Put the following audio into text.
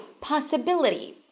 possibility